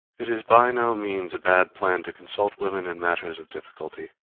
it is by no means a bad plan to consult women in matters of difficulty,